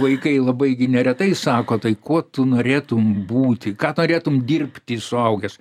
vaikai labai gi neretai sako tai kuo tu norėtum būti ką norėtum dirbti suaugęs